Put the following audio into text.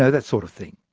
so that sort of thing.